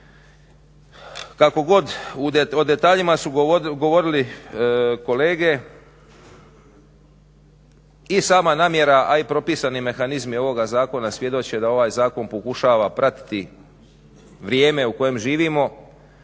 Kako god, o detaljima su govorili kolege i sama namjera, a i propisani mehanizmi ovoga zakona svjedoče da ovaj zakon pokušava pratiti vrijeme u kojem živimo,